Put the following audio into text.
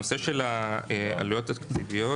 הנושא של העלויות התקציביות